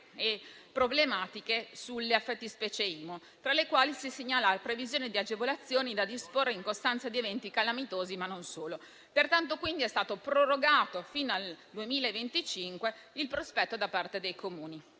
e problematiche sulle fattispecie IMU, tra le quali si segnala la previsione di agevolazioni da disporre in costanza di eventi calamitosi, ma non solo. Pertanto, è stata prorogata fino al 2025 la decorrenza dell'obbligo